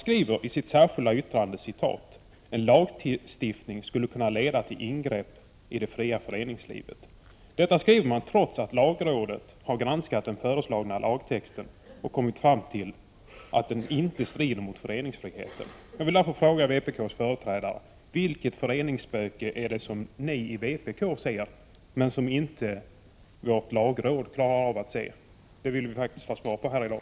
De skriver i sitt särskilda yttrande: ”En lagstiftning skulle kunna leda till ingrepp i det fria föreningslivet.” Detta skriver man, trots att lagrådet har granskat den föreslagna lagtexten och 59 kommit fram till att den inte strider mot föreningsfriheten. Jag vill därför fråga vpk:s företrädare vilket föreningsspöke det är som ni i vpk ser, men som inte vårt lagråd klarar av att se. Det vill vi faktiskt ha svar på här i dag.